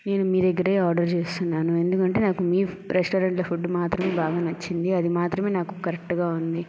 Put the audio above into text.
నేను మీ దగ్గరే ఆర్డర్ చేస్తున్నాను ఎందుకంటే నాకు మీ రెస్టారెంట్ లో ఫుడ్ మాత్రమే బాగా నచ్చింది అది మాత్రమే నాకు కరెక్ట్ గా ఉంది